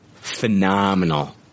phenomenal